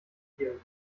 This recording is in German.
spielen